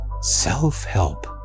self-help